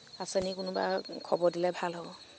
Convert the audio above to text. আছে নেকি কোনোবা খবৰ দিলে ভাল হ'ব